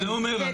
זה אומר,